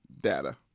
Data